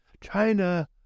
China